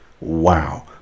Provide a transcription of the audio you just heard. Wow